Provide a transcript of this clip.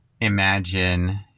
imagine